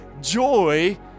joy